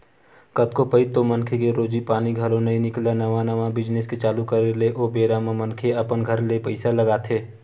कतको पइत तो मनखे के रोजी पानी घलो नइ निकलय नवा नवा बिजनेस के चालू करे ले ओ बेरा म मनखे अपन घर ले पइसा लगाथे